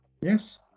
Yes